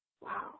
wow